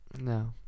No